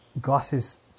glasses